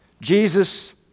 Jesus